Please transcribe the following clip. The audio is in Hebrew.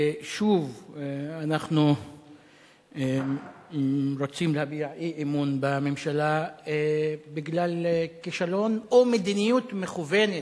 שוב אנחנו רוצים להביע אי-אמון בממשלה בגלל כישלון או מדיניות מכוונת,